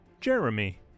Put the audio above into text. Jeremy